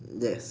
yes